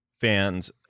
fans